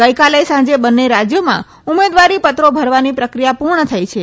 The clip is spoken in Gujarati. ગઇકાલે સાંજે બંને રાજ્યોમાં ઉમેદવારીપત્રો ભરવાની પ્રક્રિયા પૂર્ણ થઈ છે